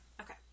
Okay